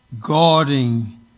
guarding